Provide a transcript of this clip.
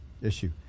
issue